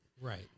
Right